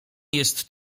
jest